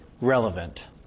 relevant